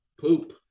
poop